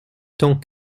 temps